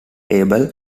able